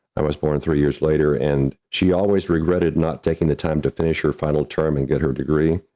i was born three years later, and she always regretted not taking the time to finish her final term and get her degree.